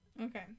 Okay